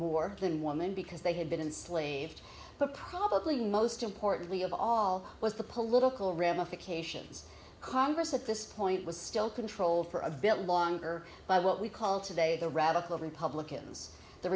more than woman because they had been enslaved but probably most importantly of all was the political ramifications congress at this point was still control for a bit longer by what we call today the radical republicans the